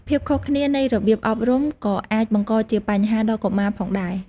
ភាពខុសគ្នានៃរបៀបអប់រំ ក៏អាចបង្កជាបញ្ហាដល់កុមារផងដែរ។